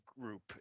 group